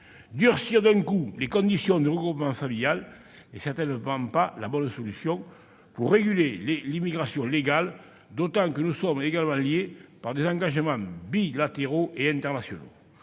Durcir d'un coup les conditions du regroupement familial n'est certainement pas la bonne solution pour réguler l'immigration légale, d'autant que nous sommes également liés par des engagements bilatéraux et internationaux.